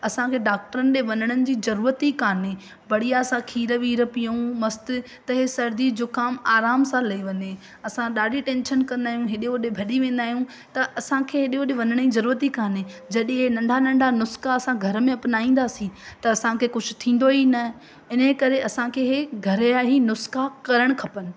असांखे डाक्टरनि ॾिए वञण जी ज़रूरत ई कोन्हे बढ़िया सां खीर वीर पीयूं मस्त त इहे सर्दी ज़ुकाम आराम सां लई वञे असां ॾाढी टेंशन कंदा आहियूं हेॾे होॾे भॼी वेंदा आहियूं त असांखे हेॾे होॾे वञण ई ज़रूरत ई कोन्हे जॾहिं इहे नंढा नंढा नुस्का असां घर में अपनाईंदासीं त असांखे कुझु थींदो ई न इन जे करे असांखे इहे घर या ई नुस्का करणु खपनि